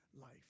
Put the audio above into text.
life